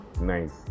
nice